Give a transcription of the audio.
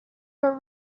were